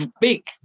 big